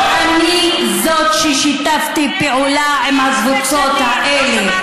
לא אני זאת ששיתפתי פעולה עם הקבוצות האלה.